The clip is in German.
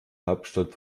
hauptstadt